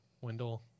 Wendell